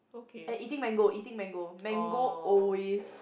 and eating mango eating mango mango always